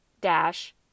dash